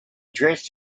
dressed